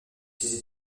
ses